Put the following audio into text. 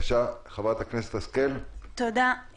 תודה.